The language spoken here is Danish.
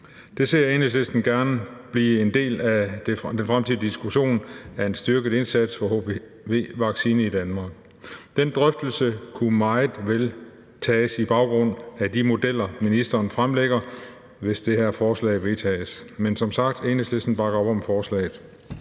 Det ser Enhedslisten gerne bliver en del af den fremtidige diskussion om en styrket indsats for hpv-vaccine i Danmark. Den drøftelse kunne meget vel tages på baggrund af de modeller, ministeren fremlægger, hvis det her forslag vedtages. Men som sagt bakker Enhedslisten op om forslaget.